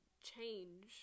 change